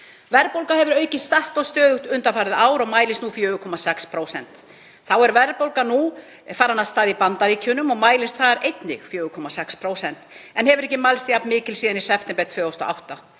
Verðbólga hefur aukist statt og stöðugt undanfarið ár og mælist nú 4,6%. Þá er verðbólga nú farin af stað í Bandaríkjunum og mælist þar einnig 4,6% en hefur ekki mælst jafn mikil síðan í september 2008.